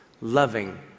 loving